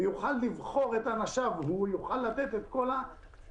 והוא יוכל לבחור את אנשיו והוא יוכל לתת את כל הרסיסים,